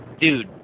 Dude